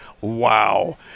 wow